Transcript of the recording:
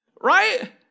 right